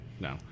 No